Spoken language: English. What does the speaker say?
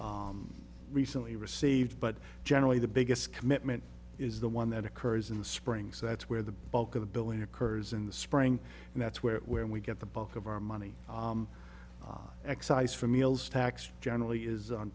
ra recently received but generally the biggest commitment is the one that occurs in the spring so that's where the bulk of the billing occurs in the spring and that's where where we get the bulk of our money excise for meals tax generally is on